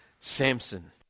Samson